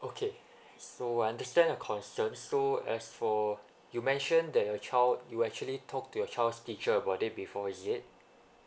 okay so I understand your concern so as for you mentioned that your child you actually talk to your child's teacher about before is it